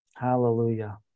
Hallelujah